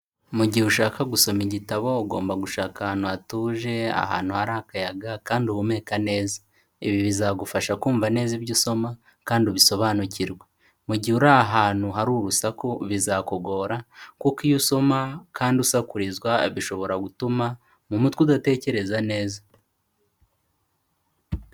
Mu gihe ushaka gusoma igitabo ugomba gushaka ahantu hatuje, ahantu hari akayaga kandi uhumeka neza, ibi bizagufasha kumva neza ibyo usoma kandi ubisobanukirwe. Mu gihe uri ahantu hari urusaku bizakugora kuko iyo usoma kandi usakurizwa bishobora gutuma mu mutwe udatekereza neza.